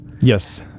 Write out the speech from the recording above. Yes